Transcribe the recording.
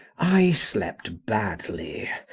i slept badly,